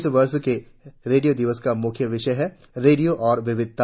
इस वर्ष के रेडियो दिवस का मुख्य विषय है रेडियो और विविधता